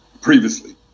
previously